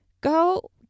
go